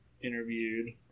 interviewed